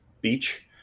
beach